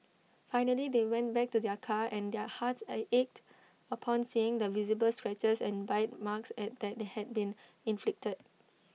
finally they went back to their car and their hearts ached upon seeing the visible scratches and bite marks at that had been inflicted